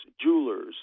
jewelers